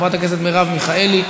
חברת הכנסת מרב מיכאלי,